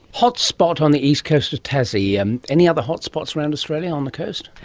hot spot on the east coast of tassie. and any other hot spots around australia on the coast?